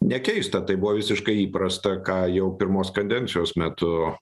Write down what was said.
nekeista tai buvo visiškai įprasta ką jau pirmos kadencijos metu